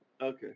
Okay